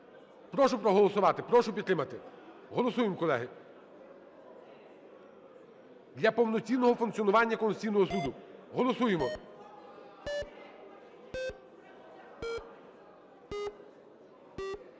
Прошу проголосувати, прошу підтримати. Голосуємо, колеги. Для повноцінного функціонування Конституційного Суду. Голосуємо.